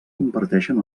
comparteixen